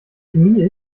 chemie